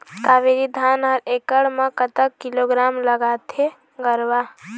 कावेरी धान हर एकड़ म कतक किलोग्राम लगाथें गरवा?